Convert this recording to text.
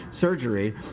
surgery